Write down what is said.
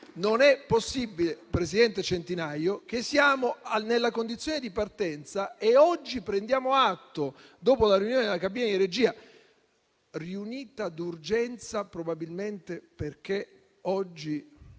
Non è possibile, signor Presidente, che siamo nella condizione di partenza e oggi prendiamo atto degli esiti della riunione della cabina di regia, riunita d'urgenza probabilmente perché oggi